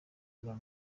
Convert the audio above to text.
guhura